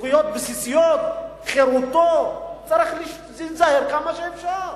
זכויות בסיסיות, חירותו, צריך להיזהר כמה שאפשר.